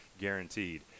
guaranteed